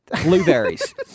blueberries